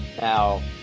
Now